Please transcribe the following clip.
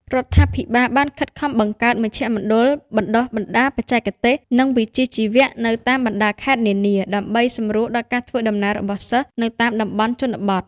រដ្ឋាភិបាលបានខិតខំបង្កើតមជ្ឈមណ្ឌលបណ្តុះបណ្តាលបច្ចេកទេស និងវិជ្ជាជីវៈនៅតាមបណ្តាខេត្តនានា ដើម្បីសម្រួលដល់ការធ្វើដំណើររបស់សិស្សនៅតាមតំបន់ជនបទ។